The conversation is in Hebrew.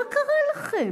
מה קרה לכם?